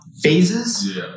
phases